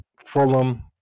Fulham